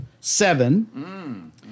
Seven